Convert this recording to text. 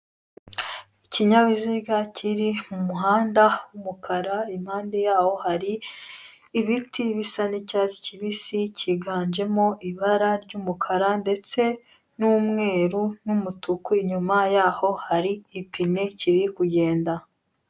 Ikinyabiziga kiri mu muhanda w'umukara, impande yaho hari ibiti bisa n'icyatsi kibisi, kiganjemo bara ry'umukara ndetse n'umweru n'umutuku, inyuma yaho hari ipine kiri kugenda.